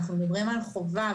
מדברים על חובה,